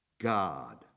God